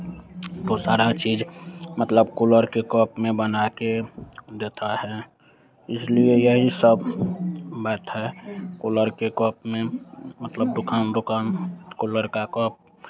वो सारा चीज़ मतलब कुल्हड़ के कप में बना के देता है इसलिए यही सब मैथ है कुल्हड़ के कप में मतलब दुकान दुकान कुल्हड़ का कप